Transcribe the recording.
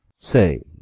say,